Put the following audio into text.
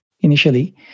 initially